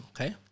Okay